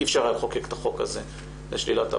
אני ביקשתי לחוקק חוק שלצערי הרב מי שלא